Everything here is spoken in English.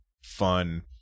fun